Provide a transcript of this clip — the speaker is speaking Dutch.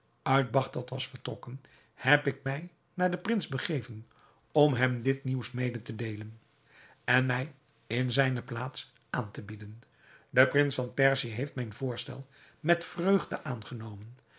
uit bagdad was vertrokken heb ik mij naar den prins begeven om hem dit nieuws mede te deelen en mij in zijne plaats aan te bieden de prins van perzië heeft mijn voorstel met vreugde aangenomen